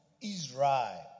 Israel